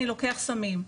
אני לוקח סמים",